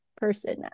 person